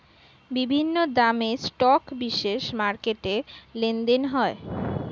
বিভিন্ন দামের স্টক বিশেষ মার্কেটে লেনদেন হয়